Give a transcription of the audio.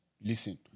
listen